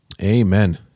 Amen